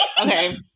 okay